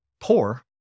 poor